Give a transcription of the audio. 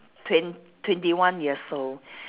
twen~ twenty one years old